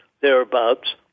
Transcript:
thereabouts